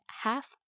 half